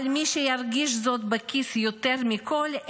אבל מי שירגישו זאת בכיס יותר מכול הם